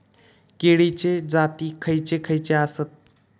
केळीचे जाती खयचे खयचे आसत?